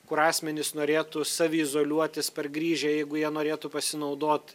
kur asmenys norėtų saviizoliuotis pargrįžę jeigu jie norėtų pasinaudot